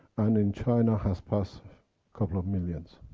and in china has passed a couple of millions.